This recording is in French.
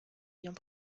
ayant